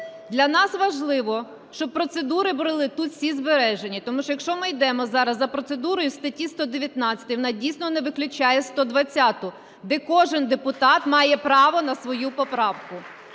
Для нас важливо, щоб процедури були тут всі збережені. Тому що якщо ми йдемо зараз за процедурою статті 119, вона, дійсно, не виключає 120-у, де кожен депутат має право на свою поправку.